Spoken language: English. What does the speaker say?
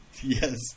Yes